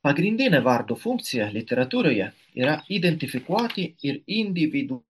pagrindinė vardo funkcija literatūroje yra identifikuoti ir individų